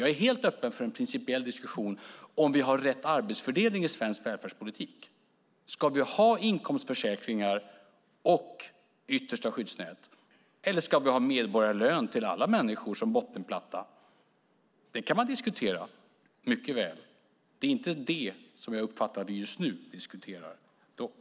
Jag är helt öppen för en principiell diskussion om vi har rätt arbetsfördelning i svensk välfärdspolitik. Ska vi ha inkomstförsäkringar och yttersta skyddsnät eller ska vi ha medborgarlön till alla människor som bottenplatta? Det kan man mycket väl diskutera. Det är dock inte det som jag uppfattar att vi just nu diskuterar.